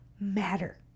matter